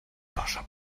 posher